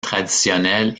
traditionnelle